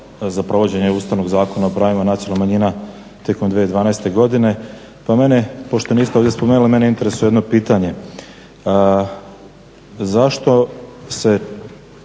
za provođenje Ustavnog zakona o pravima nacionalnih manjina tijekom 2012. godine pa mene, pošto niste ovdje spomenuli, mene interesira jedno pitanje. Zašto se